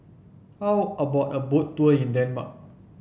how about a Boat Tour in Denmark